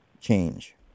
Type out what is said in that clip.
change